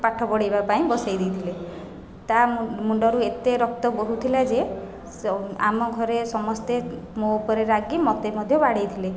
ପାଠ ପଢ଼େଇବା ପାଇଁ ବସାଇ ଦେଇଥିଲେ ତା' ମୁଣ୍ଡରୁ ଏତେ ରକ୍ତ ବୋହୁଥିଲା ଯେ ଆମ ଘରେ ସମସ୍ତେ ମୋ' ଉପରେ ରାଗି ମୋତେ ମଧ୍ୟ ବାଡ଼େଇଥିଲେ